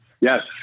yes